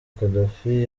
gaddafi